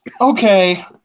okay